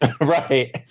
Right